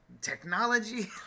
technology